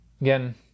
Again